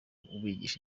kubigisha